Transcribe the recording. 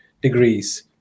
degrees